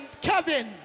Kevin